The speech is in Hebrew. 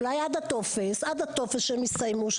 אולי עד שהם יסיימו את הטופס,